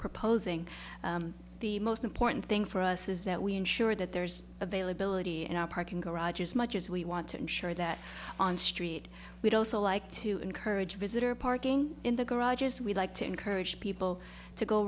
proposing the most important thing for us is that we ensure that there's availability and parking garage as much as we want to ensure that on street we'd also like to encourage visitor parking in the garages we'd like to encourage people to go